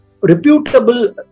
reputable